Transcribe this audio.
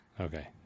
okay